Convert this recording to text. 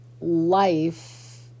life